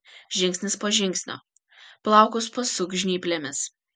žingsnis po žingsnio plaukus pasuk žnyplėmis